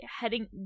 heading